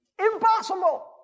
impossible